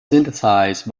synthesized